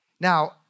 Now